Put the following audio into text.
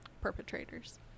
perpetrators